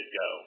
go